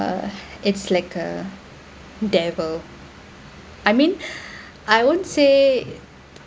it's like a devil I mean I wouldn't say